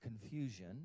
confusion